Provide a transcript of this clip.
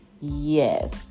Yes